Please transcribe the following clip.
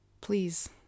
Please